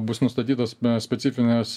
bus nustatytos specifinės